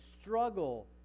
struggle